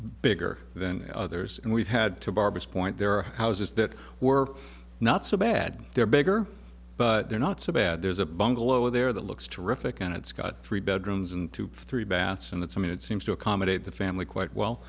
bigger than others and we've had to barbara's point there are houses that were not so bad they're bigger but they're not so bad there's a bungalow there that looks terrific and it's got three bedrooms and two three baths and it's i mean it seems to accommodate the family quite well